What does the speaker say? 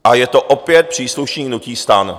A je to opět příslušník hnutí STAN.